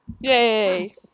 Yay